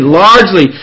largely